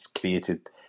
created